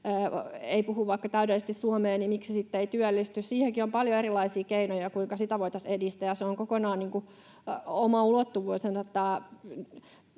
puhu täydellisesti suomea, niin miksi sitten ei työllisty. Siihenkin on paljon erilaisia keinoja, kuinka sitä voitaisiin edistää, ja tämä työttömyyden